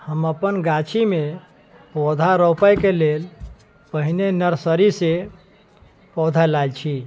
हम अपन गाछी मे पौधा रोपय के लेल पहिने नर्सरी से पौधा लाबै छी